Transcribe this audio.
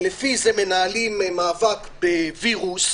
ולפי זה מנהלים מאבק בווירוס,